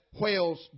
whale's